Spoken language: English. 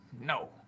no